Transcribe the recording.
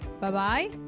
bye-bye